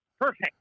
perfect